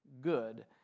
good